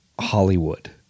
Hollywood